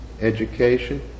education